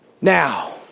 Now